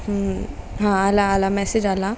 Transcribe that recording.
हं हां आला आला मेसेज आला